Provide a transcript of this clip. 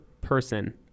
person